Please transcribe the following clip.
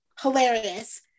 hilarious